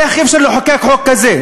איך אפשר לחוקק חוק כזה?